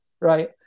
right